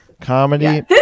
comedy